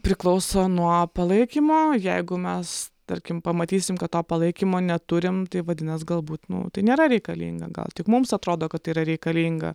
priklauso nuo palaikymo jeigu mes tarkim pamatysim kad to palaikymo neturim tai vadinas galbūt nu tai nėra reikalinga gal tik mums atrodo kad tai yra reikalinga